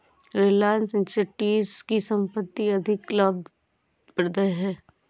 Reliance Industries की संपत्ति अत्यधिक लाभप्रद है